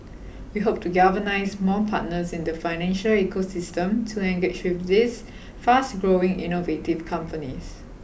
we hope to galvanise more partners in the financial ecosystem to engage with these fast growing innovative companies